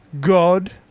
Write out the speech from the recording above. God